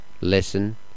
listen